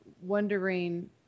wondering